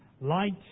Light